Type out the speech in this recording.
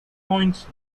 coins